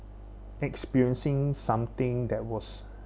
experiencing something that was